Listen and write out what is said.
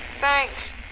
Thanks